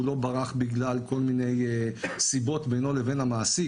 לא ברח בגלל כל מיני סיבות בינו לבין המעסיק,